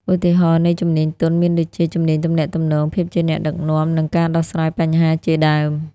ឧទាហរណ៍នៃជំនាញទន់មានដូចជា ជំនាញទំនាក់ទំនង ភាពជាអ្នកដឹកនាំ និងការដោះស្រាយបញ្ហាជាដើម។